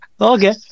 Okay